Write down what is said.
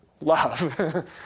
Love